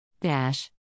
Dash